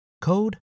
code